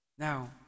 Now